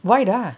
why why